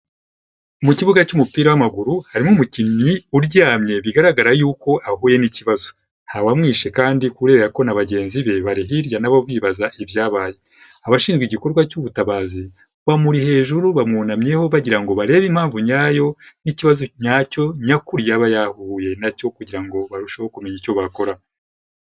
Mu kibuga cy'umupira w'amaguru, harimo umukinnyi uryamye, bigaragara y'uko ahuye n'ikibazo. Nta wamwishe kandi kubera ko na bagenzi be bari hirya na bo bibaza ibyabaye. Abashinjzwe igikorwa cy'ubutabazi bamuri hejuru, bamwunamyeho bagira ngo barebe impamvu nyayo y'ikibazo nyacyo nyakuri yaba yahuye na cyo kugira ngo barusheho kumenya icyo bakora.